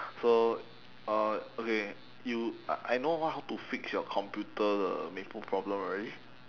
so uh okay you I I know how to fix your computer the maple problem already